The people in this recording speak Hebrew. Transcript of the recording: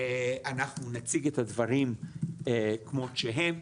אנחנו נציג את הדברים כמו שהם.